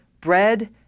bread